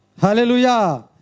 Hallelujah